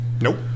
Nope